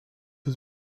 was